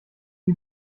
die